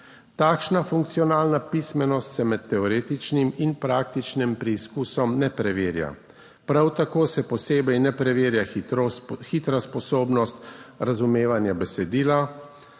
Takšna funkcionalna pismenost se med teoretičnim in praktičnim preizkusom ne preverja. Prav tako se posebej ne preverja hitra sposobnost razumevanja besedila,